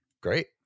Great